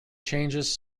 changes